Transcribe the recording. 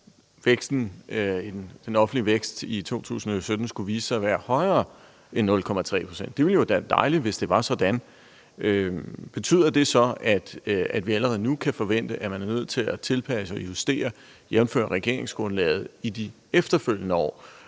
den offentlige vækst i 2017 skulle vise sig at blive højere end 0,3 pct., så ville det jo være dejligt. Betyder det så, at vi allerede nu kan forvente, at man i de efterfølgende år er nødt til at tilpasse og justere, jævnfør regeringsgrundlaget, for at kunne nå